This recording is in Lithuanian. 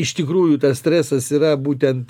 iš tikrųjų tas stresas yra būtent